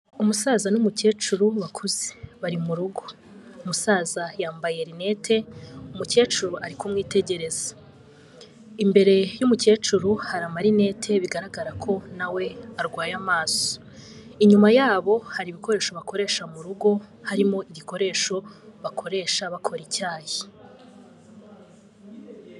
Umusaza n'umukecuru bakuze, bari mu rugo, umusaza yambaye rinete, umukecuru ari kumwitegereza, imbere y'umukecuru hari amarite bigaragara ko na we arwaye amaso, inyuma yabo hari ibikoresho bakoresha mu rugo, harimo igikoresho bakoresha bakora icyayi.